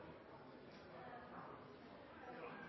kan